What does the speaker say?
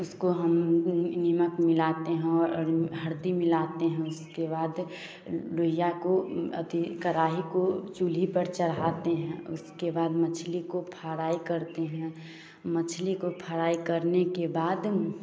उसको हम नमक मिलाते हैं और हल्दी मिलाते हैं उसके बाद लोहिया को अथी कढ़ाई को चूल्हे पर चढ़ाते हैं उसके बाद मछली को फ्राई करते हैं मछली को फ्राई करने के बाद